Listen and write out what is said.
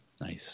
Nice